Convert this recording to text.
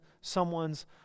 someone's